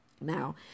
Now